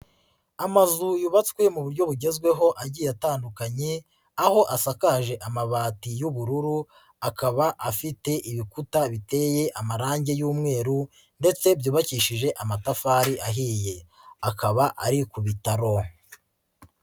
Amazu yubatswe mu buryo bugezweho agiye atandukanye, aho asakaje amabati y'ubururu akaba afite ibikuta biteye amarange y'umweru ndetse byubakishije amatafari ahiye, akaba ari ku bitaro.